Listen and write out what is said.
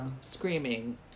screaming